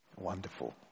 Wonderful